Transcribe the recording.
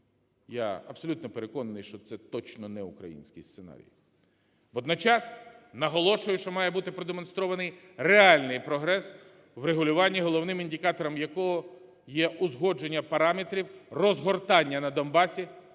Я абсолютно переконаний, що це точно не український сценарій. Водночас наголошую, що має бути продемонстрований реальний прогрес в регулюванні, головним індикатором якого є узгодження параметрів розгортання на Донбасі